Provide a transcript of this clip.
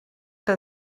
que